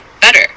better